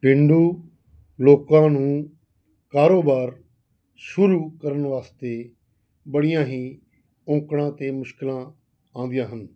ਪੇਂਡੂ ਲੋਕਾਂ ਨੂੰ ਕਾਰੋਬਾਰ ਸ਼ੁਰੂ ਕਰਨ ਵਾਸਤੇ ਬੜੀਆਂ ਹੀ ਔਕੜਾਂ ਅਤੇ ਮੁਸ਼ਕਲਾਂ ਆਉਂਦੀਆਂ ਹਨ